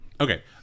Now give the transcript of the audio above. Okay